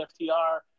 FTR